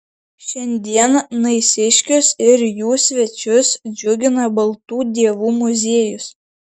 šiandien naisiškius ir jų svečius džiugina baltų dievų muziejus